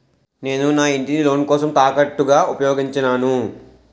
నేను నా ఇంటిని లోన్ కోసం తాకట్టుగా ఉపయోగించాను